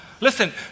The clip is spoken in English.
Listen